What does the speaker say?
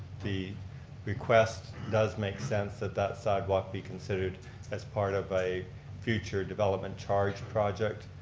the request does make sense that that side walk be considered as part of a future development charge project.